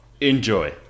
enjoy